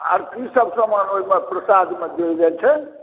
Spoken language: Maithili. आर की सब समान ओहिमे प्रसाद मे देल जाइ छै